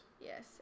Yes